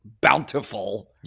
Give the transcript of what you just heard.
bountiful